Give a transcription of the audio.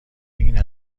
این